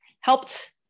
helped